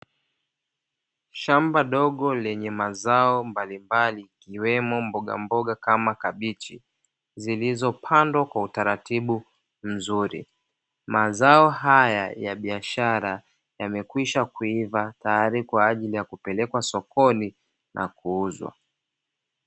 Shamba dogo lenye mazao mbalimbali ikiwemo mbogamboga kama kabichi zilizopandwa kwa utaratibu mzuri. Mazao haya ya biashara yamekwishakuiva tayari kwa ajili ya kupelekwa sokoni na kuuzwa.